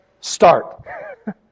Start